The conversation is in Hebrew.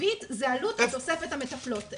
העלות התקציבית, זה עלות תוספת המטפלות.